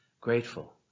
grateful